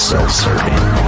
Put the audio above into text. self-serving